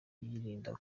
kuyirinda